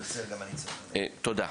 תודה.